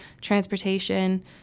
transportation